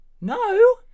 no